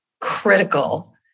critical